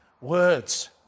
words